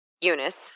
Eunice